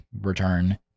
return